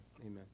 Amen